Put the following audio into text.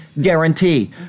guarantee